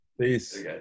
Peace